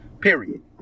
period